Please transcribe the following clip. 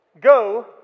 Go